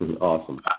Awesome